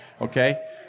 okay